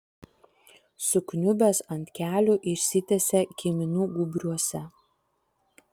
sukniubęs ant kelių išsitiesė kiminų gūbriuose